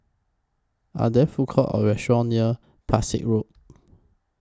Are There Food Courts Or restaurants near Pesek Road